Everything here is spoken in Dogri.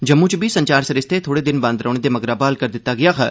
जम्मू च बी संचार सरिस्ता थोड़े दिन बंद रौह्ने दे मगरा ब्हाल करी दित्ता गेआ हा